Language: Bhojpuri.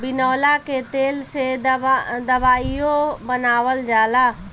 बिनौला के तेल से दवाईओ बनावल जाला